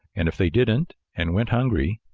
and if they didn't, and went hungry,